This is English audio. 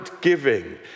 giving